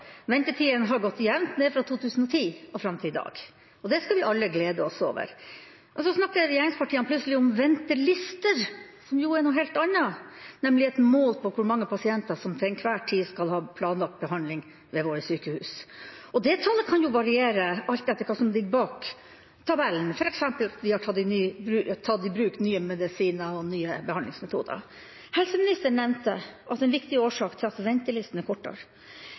Ventetidene har gått jevnt ned fra 2010 og fram til i dag. Det skal vi alle glede oss over. Så snakker regjeringspartiene plutselig om ventelister, som jo er noe helt annet, nemlig et mål på hvor mange pasienter som til enhver tid skal ha planlagt behandling ved våre sykehus. Det tallet kan variere alt etter hva som ligger bak tabellen, f.eks. at vi har tatt i bruk nye medisiner og nye behandlingsmetoder. Helseministeren nevnte at en viktig årsak til at ventelistene er